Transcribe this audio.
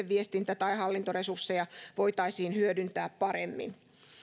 viestintä tai hallintoresursseja voitaisiin hyödyntää paremmin